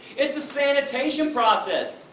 it's a sanitation process!